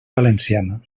valenciana